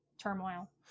turmoil